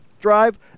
drive